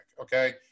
okay